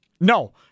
No